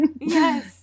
Yes